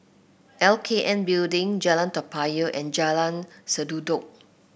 L K N Building Jalan Toa Payoh and Jalan Sendudok